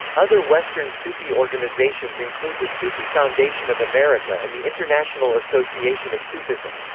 other western sufi organisations include the sufi foundation of america and the international association of sufism.